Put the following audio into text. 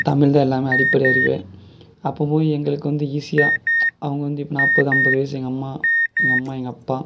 தமிழ் தான் எல்லாமே அடிப்படை அறிவே அப்போ போய் எங்களுக்கு வந்து ஈஸியாக அவங்க வந்து எப்படின்னா நாற்பது ஐம்பது வயது எங்கள் அம்மா எங்கள் அம்மா எங்கள் அப்பா